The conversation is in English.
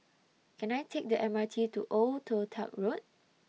Can I Take The M R T to Old Toh Tuck Road